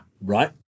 right